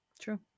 true